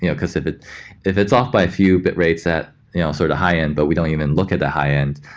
yeah because if it's if it's off by a few bitrates at the ah sort of high end, but we don't even look at the high end,